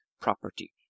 property